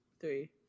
three